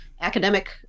academic